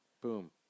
Boom